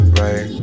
right